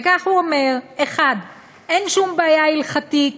וכך הוא אומר: 1. אין שום בעיה הלכתית,